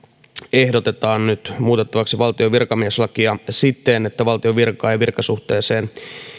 ehdotetaan nyt muutettavaksi valtion virkamieslakia siten että valtion virkaan ja virkasuhteeseen